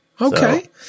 Okay